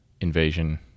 invasion